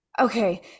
Okay